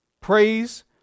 praise